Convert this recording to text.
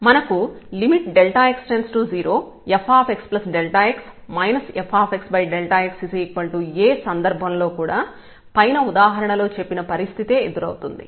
మనకు x→0fxx fx A సందర్భంలో కూడా పైన ఉదాహరణలో చెప్పిన పరిస్థితే ఎదురవుతుంది